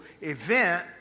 event